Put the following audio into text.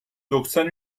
doksan